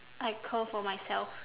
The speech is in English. I curl for myself